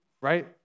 right